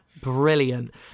Brilliant